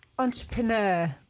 Entrepreneur